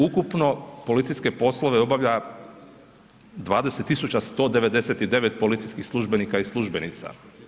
Ukupno policijske poslove obavlja 20 tisuća 199 policijskih službenika i službenica.